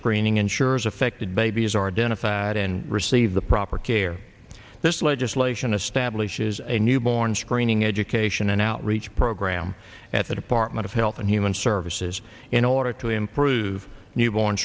screening insurers affected babies are dental fired and receive the proper care this legislation establishes a newborn screening education and outreach program at the department of health and human services in order to improve newborn